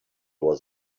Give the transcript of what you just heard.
was